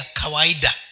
kawaida